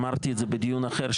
אמרתי את זה בדיון אחר,